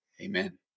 Amen